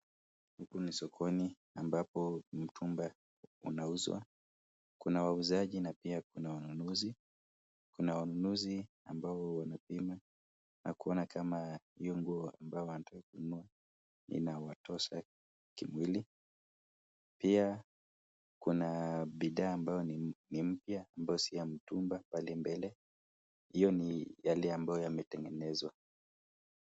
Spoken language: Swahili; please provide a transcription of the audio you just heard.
Huku ni sokoni ambapo mtumba unauzwa, kuna wauzaji na pia kuna wanunuzi. Kuna wanunuzi ambao wamepima na kuona kama hiyo nguo ambayo wanataka kununua inawatosha kimwili. Pia kuna bidhaa ambayo ni mpya ambayo si ya mtumba pale mbele, hiyo ni yale ambayo yametengenezwa.